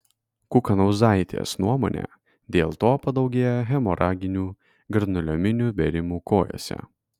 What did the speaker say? kukanauzaitės nuomone dėl to padaugėja hemoraginių granuliominių bėrimų kojose